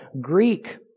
Greek